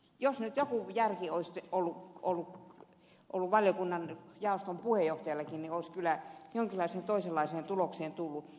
jos nyt joku järki olisi ollut valiokunnan jaoston puheenjohtajallakin niin olisi kyllä jonkinlaiseen toisenlaiseen tulokseen tullut